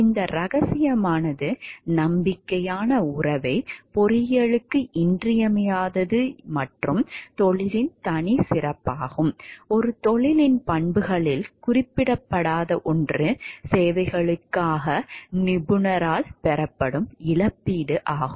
இந்த இரகசியமானது நம்பிக்கையான உறவைப் பொறியியலுக்கு இன்றியமையாதது மற்றும் தொழிலின் தனிச்சிறப்பாகும் ஒரு தொழிலின் பண்புகளில் குறிப்பிடப்படாத ஒன்று சேவைகளுக்காக நிபுணரால் பெறப்படும் இழப்பீடு ஆகும்